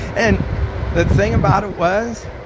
and the thing about it was,